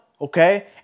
okay